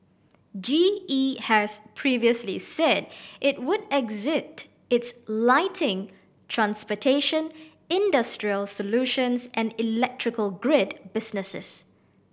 G E has previously said it would exit its lighting transportation industrial solutions and electrical grid businesses